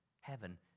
heaven